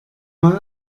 mal